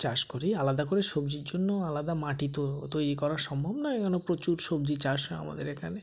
চাষ করি আলাদা করে সবজির জন্য আলাদা মাটি তো তৈরি করা সম্ভব নয় এগুলো প্রচুর সবজি চাষ হয় আমাদের এখানে